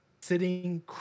sitting